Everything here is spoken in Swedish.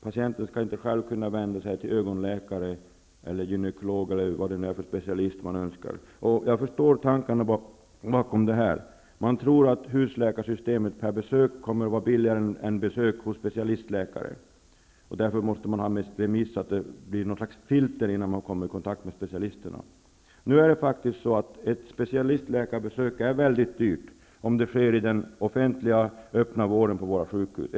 Patienten skall själv inte kunna vända sig till ögonläkare, gynekolog eller vad det nu är för specialist som man önskar konsultera. Jag förstår tankarna bakom förslaget. Man tror att husläkarsystemet kommer att bli billigare per besök än besök hos specialistläkare. Remissförfarandet skall utgöra något slags filter innan man kommer i kontakt med specialister. Ett specialistläkarbesök är faktiskt väldigt dyrt, om det sker i den offentliga öppna vården på ett sjukhus.